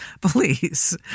please